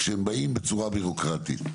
כשהם באים בצורה בירוקרטית.